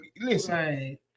listen